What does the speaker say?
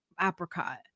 apricot